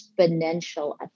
exponential